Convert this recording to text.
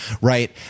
right